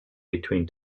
between